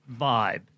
vibe